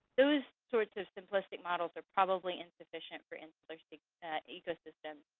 those sorts of simplistic models are probably insufficient for insular ecosystems,